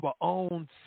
own